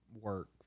work